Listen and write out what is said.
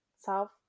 South